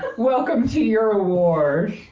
welcome to your award.